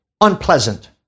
unpleasant